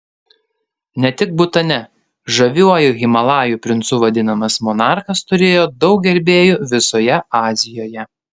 ne tik butane žaviuoju himalajų princu vadinamas monarchas turėjo daug gerbėjų visoje azijoje